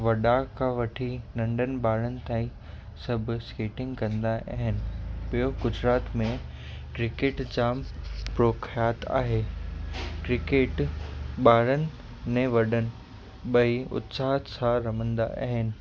वॾा खां वठी नंढनि ॿारनि ताईं सभु स्केटिंग कंदा आहिनि ॿियो गुजरात में क्रिकेट जाम प्रख्यात आहे क्रिकेट ॿारनि ने वॾनि ॿई उत्साह सां रमंदा आहिनि